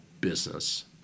business